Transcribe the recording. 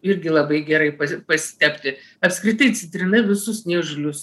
irgi labai gerai pastepti apskritai citrina visus niežulius